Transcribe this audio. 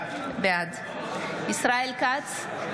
בעד ישראל כץ,